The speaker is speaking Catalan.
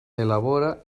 elabora